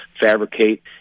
fabricate